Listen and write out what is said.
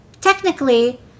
technically